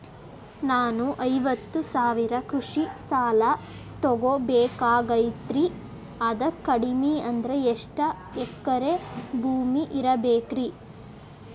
ನಾನು ಐವತ್ತು ಸಾವಿರ ಕೃಷಿ ಸಾಲಾ ತೊಗೋಬೇಕಾಗೈತ್ರಿ ಅದಕ್ ಕಡಿಮಿ ಅಂದ್ರ ಎಷ್ಟ ಎಕರೆ ಭೂಮಿ ಇರಬೇಕ್ರಿ?